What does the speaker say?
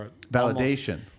Validation